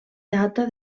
data